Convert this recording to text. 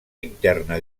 interna